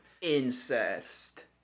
incest